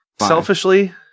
selfishly